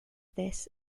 this